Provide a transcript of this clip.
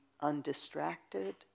undistracted